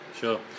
Sure